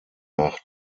nach